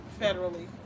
federally